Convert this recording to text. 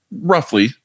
roughly